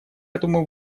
этому